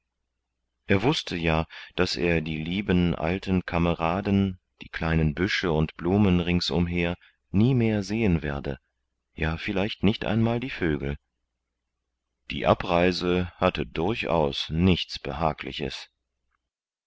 er wußte ja daß er die lieben alten kameraden die kleinen büsche und blumen ringsumher nie mehr sehen werde ja vielleicht nicht einmal die vögel die abreise hatte durchaus nichts behagliches